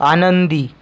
आनंदी